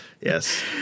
Yes